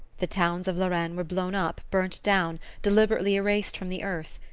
the towns of lorraine were blown up, burnt down, deliberately erased from the earth.